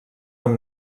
amb